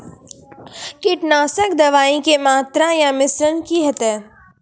कीटनासक दवाई के मात्रा या मिश्रण की हेते?